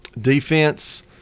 Defense